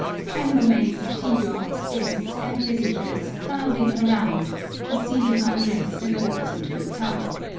chambermaids, tea-girls, guests and visitors crowding around to see him undress and waltz into the tub.